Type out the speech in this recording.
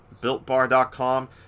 BuiltBar.com